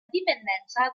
dipendenza